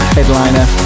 Headliner